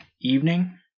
evening